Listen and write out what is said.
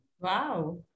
Wow